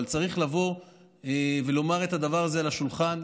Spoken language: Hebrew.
אבל צריך לבוא ולומר את הדבר הזה על השולחן,